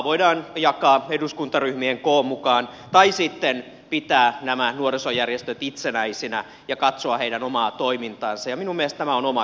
voidaan jakaa eduskuntaryhmien koon mukaan tai sitten pitää nämä nuorisojärjestöt itsenäisinä ja katsoa heidän omaa toimintaansa ja minun mielestä tämä on oma keskustelunsa